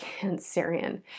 Cancerian